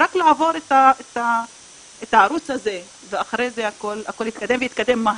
רק לעבור את הערוץ הזה ואחרי זה הכול יתקדם ויתקדם מהר,